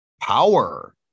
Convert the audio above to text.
power